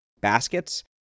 baskets